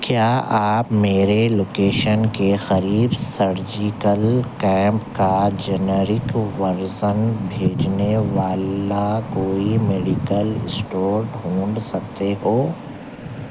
کیا آپ میرے لوکیشن کے قریب سرجیکل کیمپ کا جینرک ورژن بھیجنے والا کوئی میڈیکل اسٹور ڈھونڈ سکتے ہو